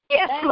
Yes